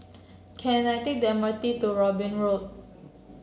can I take the M R T to Robin Road